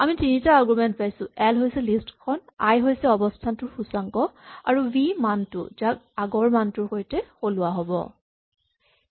আমি তিনিটা আৰগুমেন্ট পাইছো এল হৈছে লিষ্ট খন আই হৈছে অৱস্হানটোৰ সূচাংকটো আৰু ভি মানটো যাক আগৰ মানটোৰ সৈতে সলোৱা হ'ব